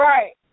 Right